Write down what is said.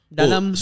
dalam